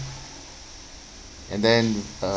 and then uh